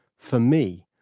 for me,